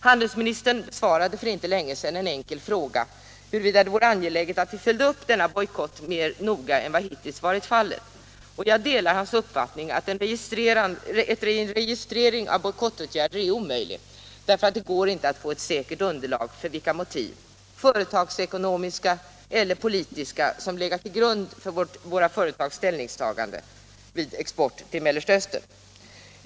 Handelsministern svarade för inte länge sedan på en fråga huruvida det vore angeläget att vi följde upp denna bojkott mer noga än vad hittills varit fallet. Jag delar hans uppfattning att en registrering av bojkottåtgärder är omöjlig därför att det inte går att få ett säkert un derlag för vilka motiv, företagsekonomiska eller politiska, som legat till grund för våra företags ställningstaganden vid export till Mellersta Östern.